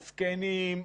זקנים,